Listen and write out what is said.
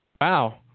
Wow